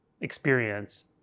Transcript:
experience